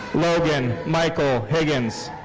logan michael higgins.